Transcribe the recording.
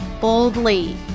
boldly